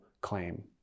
claim